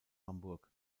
hamburg